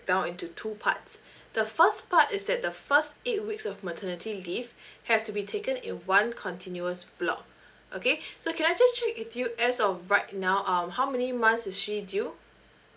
down into two parts the first part is that the first eight weeks of maternity leave have to be taken in one continuous plot okay so can I just check if you as of right now um how many months is she due